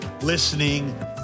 listening